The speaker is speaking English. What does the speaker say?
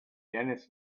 dennis